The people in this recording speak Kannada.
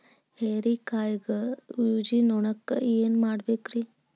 ಹೇರಿಕಾಯಾಗ ಊಜಿ ನೋಣಕ್ಕ ಏನ್ ಮಾಡಬೇಕ್ರೇ?